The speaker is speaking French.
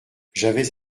j’avais